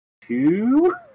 two